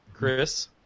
Chris